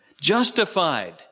justified